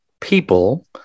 people